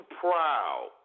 proud